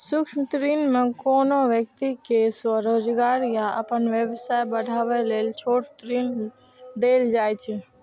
सूक्ष्म ऋण मे कोनो व्यक्ति कें स्वरोजगार या अपन व्यवसाय बढ़ाबै लेल छोट ऋण देल जाइ छै